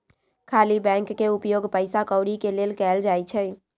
खाली बैंक के उपयोग पइसा कौरि के लेल कएल जाइ छइ